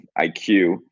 IQ